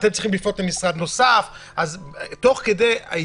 אתם צריכים לפנות למשרד נוסף.